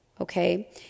okay